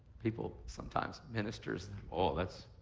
people, sometimes ministers, oh, that's,